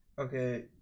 Okay